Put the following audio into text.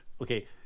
Okay